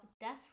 death